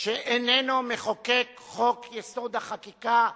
שאיננו מחוקק את חוק-יסוד: החקיקה,